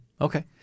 Okay